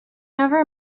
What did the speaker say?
never